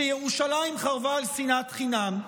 שירושלים חרבה על שנאת חינם,